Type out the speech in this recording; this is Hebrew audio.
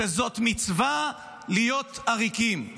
שזאת מצווה להיות עריקים.